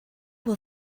will